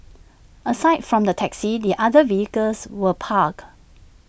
aside from the taxi the other vehicles were parked